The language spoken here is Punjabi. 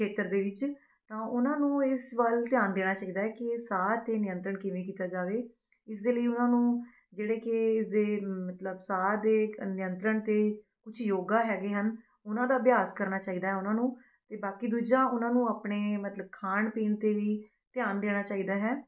ਖੇਤਰ ਦੇ ਵਿੱਚ ਤਾਂ ਉਨ੍ਹਾਂ ਨੂੰ ਇਸ ਵੱਲ ਧਿਆਨ ਦੇਣਾ ਚਾਹੀਦਾ ਹੈ ਕਿ ਇਹ ਸਾਹ 'ਤੇ ਨਿਯੰਤਰਨ ਕਿਵੇਂ ਕੀਤਾ ਜਾਵੇ ਇਸ ਦੇ ਲਈ ਉਹਨਾਂ ਨੂੰ ਜਿਹੜੇ ਕਿ ਇਸਦੇ ਮਤਲਬ ਸਾਹ ਦੇ ਨਿਯੰਤਰਨ 'ਤੇ ਕੁਛ ਯੋਗਾ ਹੈਗੇ ਹਨ ਉਹਨਾਂ ਦਾ ਅਭਿਆਸ ਕਰਨਾ ਚਾਹੀਦਾ ਉਨ੍ਹਾਂ ਨੂੰ ਅਤੇ ਬਾਕੀ ਦੂਜਾ ਉਹਨਾਂ ਨੂੰ ਆਪਣੇ ਮਤਲਬ ਖਾਣ ਪੀਣ 'ਤੇ ਵੀ ਧਿਆਨ ਦੇਣਾ ਚਾਹੀਦਾ ਹੈ